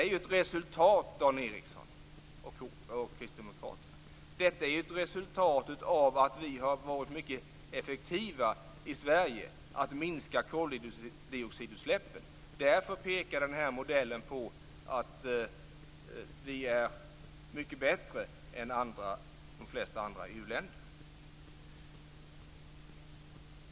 Vad vi ser här, Dan Ericsson och övriga kristdemokrater, är ju ett resultat av att vi har varit mycket effektiva i Sverige när det gäller att minska koldioxidutsläppen. Därför pekar den här modellen på att vi är mycket bättre än de flesta andra EU-länderna.